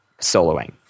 soloing